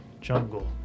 jungle